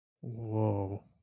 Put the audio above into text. Whoa